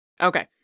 Okay